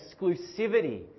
exclusivity